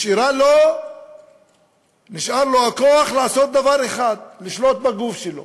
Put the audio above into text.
נשאר לו הכוח לעשות דבר אחד, לשלוט בגוף שלו,